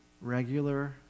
regular